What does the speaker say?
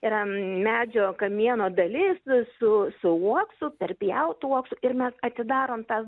yra medžio kamieno dalis su su uoksu perpjautu uoksu ir mes atidarom tą